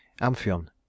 Amphion